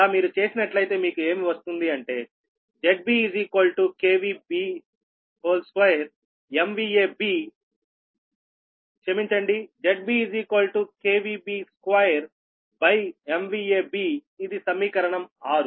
అలా మీరు చేసినట్లయితే మీకు ఏమి వస్తుంది అంటే ZBB2Bఇది సమీకరణం 6